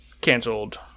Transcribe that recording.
canceled